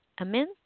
Amen